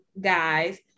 guys